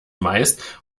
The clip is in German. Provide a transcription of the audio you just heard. meist